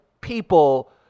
people